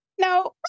no